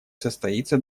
состоится